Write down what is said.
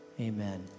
Amen